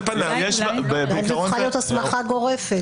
על פניו --- אולי צריכה להיות הסמכה גורפת.